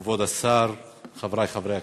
חבר הכנסת.